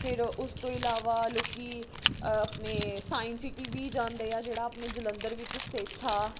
ਫਿਰ ਉਸ ਤੋਂ ਇਲਾਵਾ ਲੋਕ ਆਪਣੇ ਸਾਇੰਸ ਸਿਟੀ ਵੀ ਜਾਂਦੇ ਆ ਜਿਹੜਾ ਆਪਣੇ ਜਲੰਧਰ ਵਿੱਚ ਸਥਿਤ ਆ